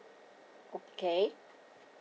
okay